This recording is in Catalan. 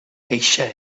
eixe